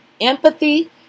Empathy